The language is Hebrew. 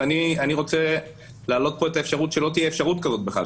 ואני רוצה להעלות פה את האפשרות שלא תהיה אפשרות כזאת בכלל,